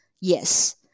Yes